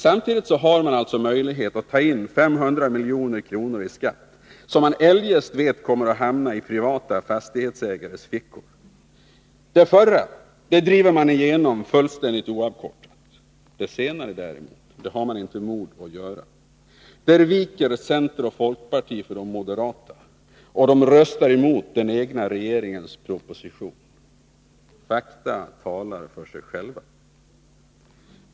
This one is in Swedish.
Samtidigt har man möjlighet att ta in 500 milj.kr. i skatt som man vet eljest kommer att hamna i privata fastighetsägares fickor. Det förra driver de borgerliga igenom oavkortat. Det senare har man däremot inte mod att driva igenom. Där viker center och folkparti för de moderata och röstar emot den egna regeringens proposition. Fakta talar för sig själva.